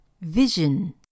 Vision